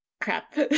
crap